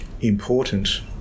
important